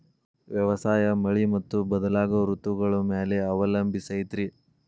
ವ್ಯವಸಾಯ ಮಳಿ ಮತ್ತು ಬದಲಾಗೋ ಋತುಗಳ ಮ್ಯಾಲೆ ಅವಲಂಬಿಸೈತ್ರಿ